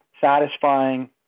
satisfying